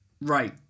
right